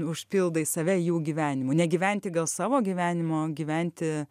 užpildai save jų gyvenimu negyventi gal savo gyvenimo o gyventi